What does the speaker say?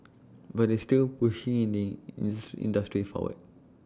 but it's still pushing in the industry forward